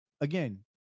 again